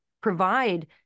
provide